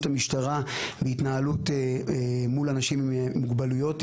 המשטרה בהתנהלות מול אנשים עם מוגבלויות,